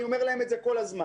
אני אומר להם את זה כל הזמן